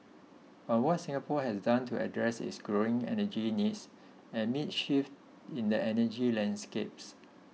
on what Singapore has done to address its growing energy needs amid shifts in the energy landscapes